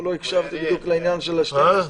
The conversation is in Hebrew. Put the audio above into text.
לא הקשבתי בדיוק לעניין של ה-12,